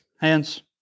Hands